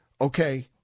okay